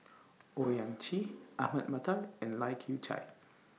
Owyang Chi Ahmad Mattar and Lai Kew Chai